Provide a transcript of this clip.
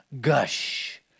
gush